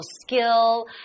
skill